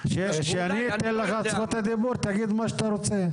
כשאני אתן לך את זכות הדיבור תגיד מה שאתה רוצה.